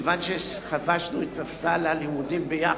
כיוון שחבשנו את ספסל הלימודים יחד,